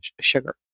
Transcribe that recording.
sugar